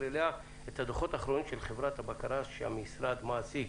אליה את הדוחות האחרונים של חברת הבקרה שהמשרד מעסיק.